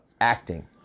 acting